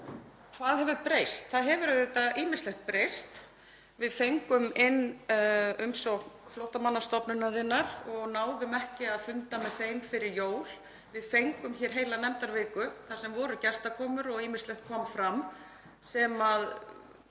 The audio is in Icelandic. Hvað hefur breyst? Auðvitað hefur ýmislegt breyst. Við fengum inn umsókn Flóttamannastofnunar og náðum ekki að funda með þeim fyrir jól. Við fengum heila nefndaviku þar sem voru gestakomur og ýmislegt kom fram sem ég